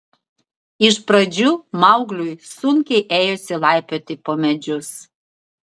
iš pradžių maugliui sunkiai ėjosi laipioti po medžius